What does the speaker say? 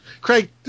Craig